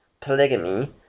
polygamy